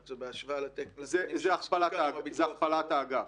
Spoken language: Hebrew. זה הכפלת האגף.